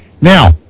Now